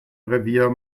revier